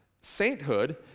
Sainthood